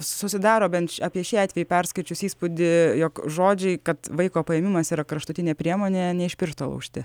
susidaro bent apie šį atvejį perskaičius įspūdį jog žodžiai kad vaiko paėmimas yra kraštutinė priemonė ne iš piršto laužti